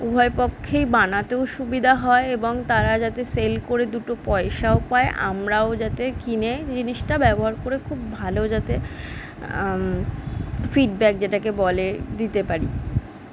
উভয় পক্ষেই বানাতেও সুবিধা হয় এবং তারা যাতে সেল করে দুটো পয়সাও পায় আমরাও যাতে কিনে জিনিসটা ব্যবহার করে খুব ভালো যাতে ফিডব্যাক যেটাকে বলে দিতে পারি